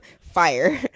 fire